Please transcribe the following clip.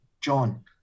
John